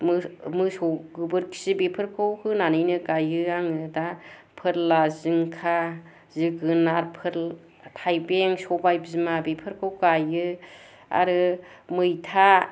मोसौ गोबोरखि बेफोरखौ होनानैनो गायो आङो दा फोरला जिंखा जोगोनार थाइबें सबाइ बिमा बेफोरखौ गायो आरो मैथा